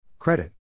Credit